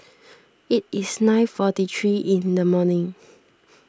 it is nine forty three in the morning